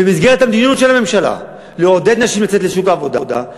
במסגרת המדיניות של הממשלה לעודד נשים לצאת לשוק העבודה?